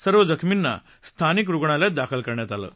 सर्व जखमींना स्थानिक रुग्णालयात दाखल करण्यात आलं आहे